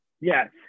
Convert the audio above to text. Yes